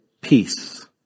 peace